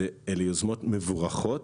אלה יוזמות מבורכות